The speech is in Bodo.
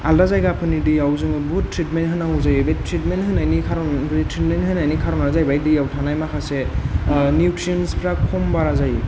आलादा जायगाफोरनि दैयाव जोङो बुहुथ ट्रिटमेन्ट होनांगौ जायो बे ट्रिटमेन्ट होनायनि खारन ट्रिटमेन्ट होनायनि कारना जाहैबाय दैयाव थानाय माखासे निउट्रियेन्स फोरा खम बारा जायो